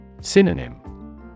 Synonym